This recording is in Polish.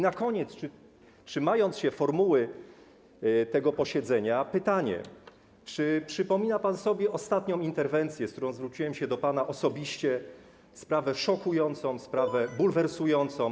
Na koniec, trzymając się formuły tego posiedzenia, pytanie: Czy przypomina pan sobie ostatnią interwencję, z którą zwróciłem się do pana osobiście, sprawę szokującą, sprawę bulwersującą?